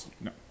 No